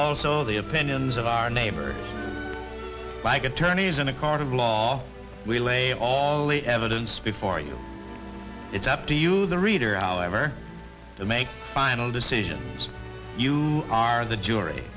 also the opinions of our neighbor like attorneys in a court of law we lay all the evidence before you it's up to you the reader our ever to make final decisions you are the jury